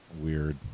Weird